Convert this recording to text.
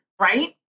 right